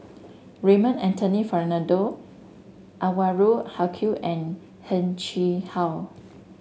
Raymond Anthony Fernando Anwarul Haque and Heng Chee How